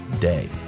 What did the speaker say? day